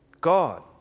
God